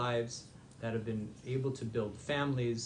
אני אספר לכם שאני בן לניצולי שואה.